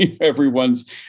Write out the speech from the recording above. everyone's